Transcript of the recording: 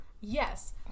Yes